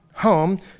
home